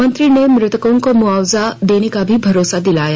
मंत्री ने मृतकों को मुआवजा देने का भी भरोसा दिलाया